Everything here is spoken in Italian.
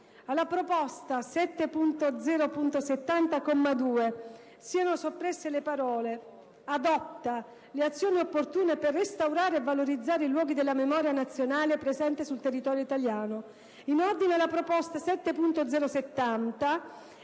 alla proposta 7.0.70, al comma 2, siano soppresse le parole: "e adotta le azioni opportune per restaurare e valorizzare i Luoghi della Memoria nazionale presenti sul territorio italiano".